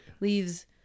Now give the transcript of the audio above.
leaves